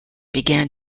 began